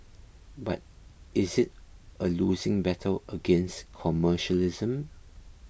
but is it a losing battle against commercialism